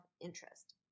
interest